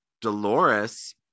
Dolores